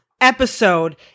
episode